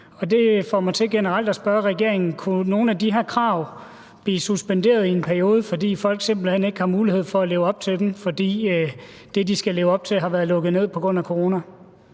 Det får mig til generelt at spørge regeringen: Kunne nogle af de her krav blive suspenderet i en periode, fordi folk simpelt hen ikke har mulighed for at leve op til dem, fordi tingene har været lukket ned på grund af corona?